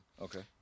Okay